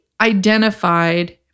identified